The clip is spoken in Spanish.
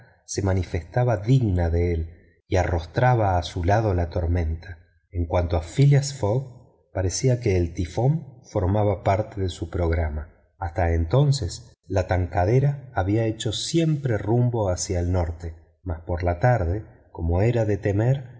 se manifestaba digna de él y arrostraba a su lado la tormenta en cuanto a phileas fogg parecía que el tifón formaba parte de su programa hasta entonces la tankadera había hecho siempre rumbo hacia el norte mas por la tarde como era de temer